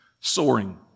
soaring